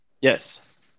Yes